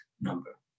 number